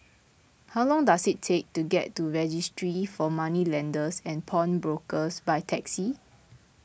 how long does it take to get to Registry for Moneylenders and Pawnbrokers by taxi